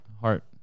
heart